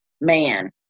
man